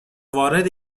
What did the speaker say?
وارد